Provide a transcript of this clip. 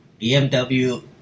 BMW